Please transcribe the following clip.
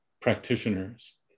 Practitioners